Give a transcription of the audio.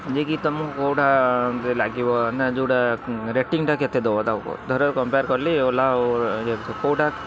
ଯେ କି ତୁମକୁ କୋଉଟା ଲାଗିବ ନା ଯୋଉଟା ରେଟିଂଟା କେତେ ଦେବ ତାକୁ କୁହ ଧର କମ୍ପେୟାର୍ କଲି ଓଲା ଆଉ କୋଉଟା